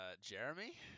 Jeremy